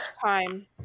time